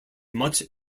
much